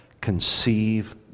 conceive